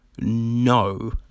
no